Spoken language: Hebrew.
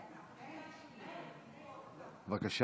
חברת הכנסת אימאן ח'טיב, ברוכה